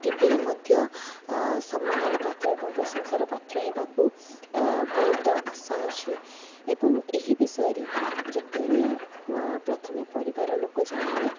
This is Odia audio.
ଟିଭିରେ ମଧ୍ୟ ସମ୍ମାନର ପାତ୍ର ଏବଂ ପ୍ରଶଂସାର ପାତ୍ର ହେବାକୁ ବହୁତ ଆଶା ଅଛି ଏବଂ ଏହି ବିଷୟରେ ଯେତେବେଳେ ମୋ ପ୍ରଥମେ ପରିବାର ଲୋକ ଜାଣିଲେ